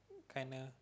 kinda